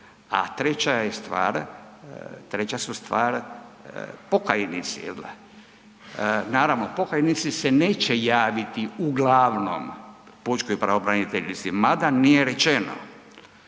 a treća je stvar, treća su stvar pokajnici, jel da. Naravno, pokajnici se neće javiti uglavnom pučkoj pravobraniteljici, mada nije rečeno